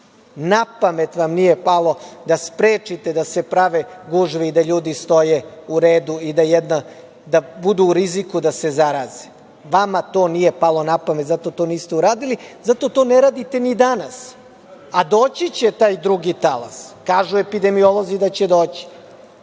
Na pamet vam nije palo da sprečite da se prave gužve i da ljudi stoje u redu i da budu u riziku da se zaraze. Vama to nije palo na pamet i zato to niste uradili, i to ne radite ni danas, a doći će taj drugi talas. Kažu epidemiolozi da će doći.